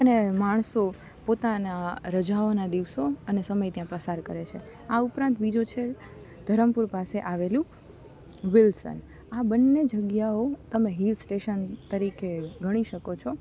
અને માણસો પોતાનાં રજાઓના દિવસો અને ત્યાં પસાર કરે છે આ ઉપરાંત બીજું છે ધરમપુર પાસે આવેલું વિલ્સન આ બંને જગ્યાઓ તમે હિલ સ્ટેશન તરીકે ગણી શકો છો